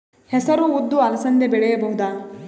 ಹೆಸರು ಉದ್ದು ಅಲಸಂದೆ ಬೆಳೆಯಬಹುದಾ?